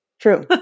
True